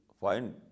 find